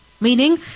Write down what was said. Meaning